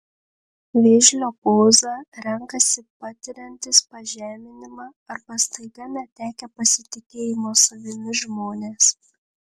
vėžlio pozą renkasi patiriantys pažeminimą arba staiga netekę pasitikėjimo savimi žmonės